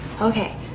Okay